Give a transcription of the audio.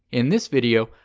in this video,